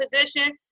position